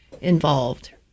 involved